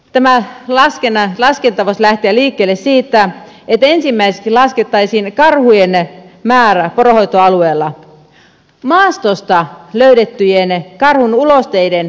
tämä laskenta voisi lähteä liikkeelle siitä että ensimmäiseksi laskettaisiin karhujen määrä poronhoitoalueella maastosta löydettyjen karhunulosteiden geenitutkimuksen avulla